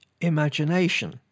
imagination